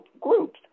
groups